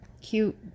cute